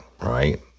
right